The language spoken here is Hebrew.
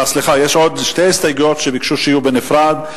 יש עוד שתי הסתייגויות שביקשו שיוצבעו בנפרד,